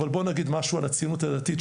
אבל בוא נגיד משהו על הציונות הדתית,